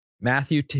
Matthew